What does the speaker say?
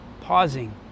pausing